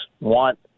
want